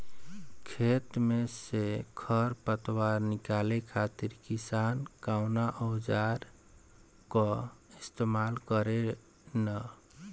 खेत में से खर पतवार निकाले खातिर किसान कउना औजार क इस्तेमाल करे न?